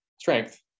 strength